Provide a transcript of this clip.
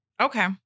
Okay